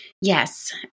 Yes